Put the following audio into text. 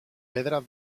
pedra